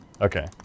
Okay